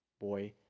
boy